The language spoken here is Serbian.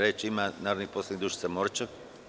Reč ima narodni poslanik Dušica Morčev.